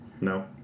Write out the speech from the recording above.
No